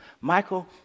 Michael